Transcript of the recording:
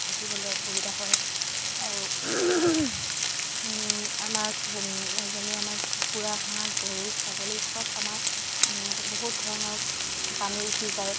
থাকিবলৈ অসুবিধা হয় আৰু আমাৰ যেনে আমাৰ কুকুৰা হাঁহ গৰু ছাগলী চব আমাৰ বহুত ধৰণৰ পানীত উটি যায়